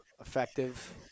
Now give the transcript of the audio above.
effective